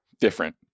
Different